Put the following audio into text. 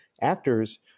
actors